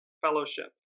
fellowship